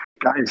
guys